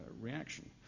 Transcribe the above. reaction